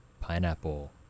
Pineapple